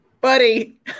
Buddy